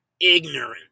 ignorant